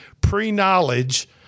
pre-knowledge